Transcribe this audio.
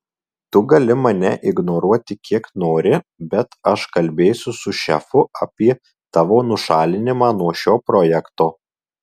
tu gali mane ignoruoti kiek nori bet aš kalbėsiu su šefu apie tavo nušalinimą nuo šio projekto